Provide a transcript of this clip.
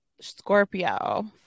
scorpio